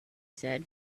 said